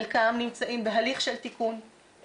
חלקם נמצאים בהליך של תיקון,